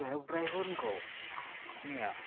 cab ଡ୍ରାଇଭରଙ୍କ